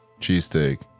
cheesesteak